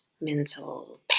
mental